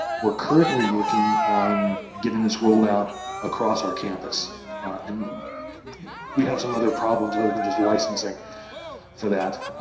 we're currently working on getting this rolled out across our campus and we have some other problems over just licencing for that.